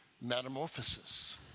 metamorphosis